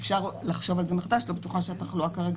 אפשר לחשוב על זה מחדש ואני לא בטוחה שהתחלואה כרגע